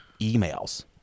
emails